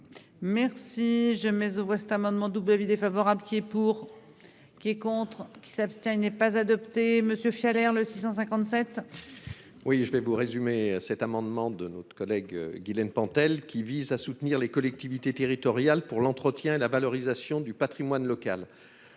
Merci, jamais au vote cet amendement double avis défavorable qui est pour, qui est contre qui s'abstient, il n'est pas adopté monsieur Fiole le 657. Oui, je vais vous résumer cet amendement de notre collègue Guilaine Pentel qui vise à soutenir les collectivités territoriales pour l'entretien et la valorisation du Patrimoine local,